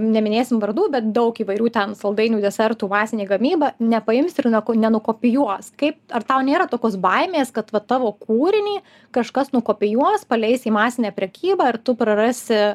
neminėsim vardų bet daug įvairių ten saldainių desertų masinė gamyba nepaims ir neku nenukopijuos kaip ar tau nėra tokios baimės kad vat tavo kūrinį kažkas nukopijuos paleis į masinę prekybą ir tu prarasi